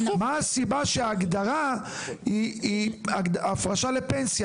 מה הסיבה שההגדרה היא הפרשה לפנסיה?